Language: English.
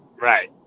Right